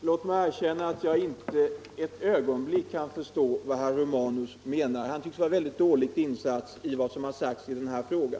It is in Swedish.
Herr talman! Låt mig erkänna att jag inte förstår vad herr Romanus menar. Han tycks vara dåligt insatt i vad som har sagts i denna fråga.